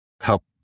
help